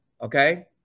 okay